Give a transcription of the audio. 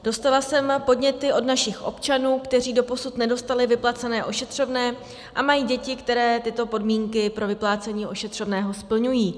Dostala jsem podněty od našich občanů, kteří doposud nedostali vyplacené ošetřovné a mají děti, které tyto podmínky pro vyplácení ošetřovného splňují.